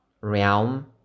realm